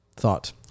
Thought